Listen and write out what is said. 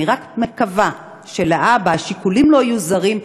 אני רק מקווה שלהבא, השיקולים לא יהיו זרים,